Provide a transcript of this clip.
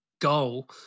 goal